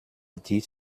dies